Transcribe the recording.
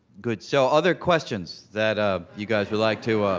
good. so, other questions that ah you guys would like to, ah